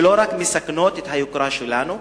שלא רק מסכנות את היוקרה שלנו,